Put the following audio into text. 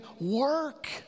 work